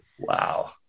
wow